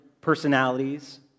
personalities